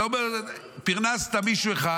אתה אומר: פרנסת מישהו אחד,